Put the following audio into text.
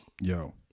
yo